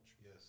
Yes